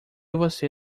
você